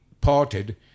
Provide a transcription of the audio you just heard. parted